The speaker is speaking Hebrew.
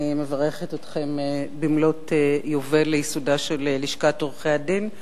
אני מברכת אתכם במלאות יובל לייסודה של לשכת עורכי-הדין.